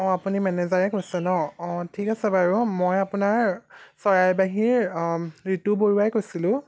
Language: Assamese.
অঁ আপুনি মেনেজাৰে কৈছে ন অঁ ঠিক আছে বাৰু মই আপোনাৰ চৰাইবাহীৰ ঋতু বৰুৱাই কৈছিলোঁ